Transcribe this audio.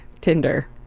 Tinder